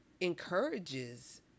encourages